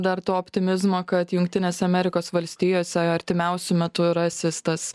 dar to optimizmo kad jungtinės amerikos valstijose artimiausiu metu rasis tas